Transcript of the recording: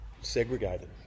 segregated